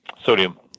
Sodium